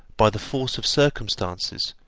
by the force of circumstances,